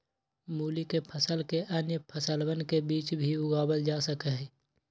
मूली के फसल के अन्य फसलवन के बीच भी उगावल जा सका हई